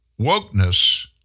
Wokeness